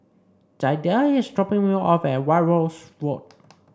Jadiel is dropping me off at White House Road